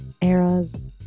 eras